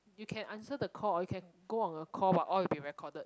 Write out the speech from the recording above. you can answer the call or you can go on a call but all will be recorded